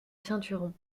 ceinturon